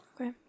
Okay